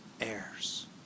heirs